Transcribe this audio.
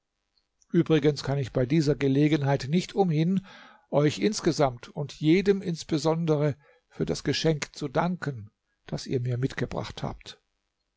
übrigens kann ich bei dieser gelegenheit nicht umhin euch insgesamt und jedem insbesondere für das geschenk zu danken das ihr mir mitgebracht habet